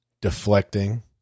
deflecting